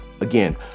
again